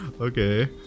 okay